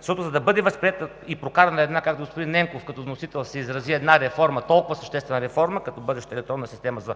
защото, за да бъде възприета и прокарана – както господни Ненков като вносител се изрази – една реформа, толкова съществена реформа, като бъдеща електронна система за